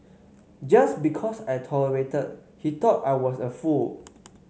just because I tolerated he thought I was a fool